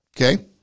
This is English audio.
Okay